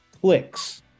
clicks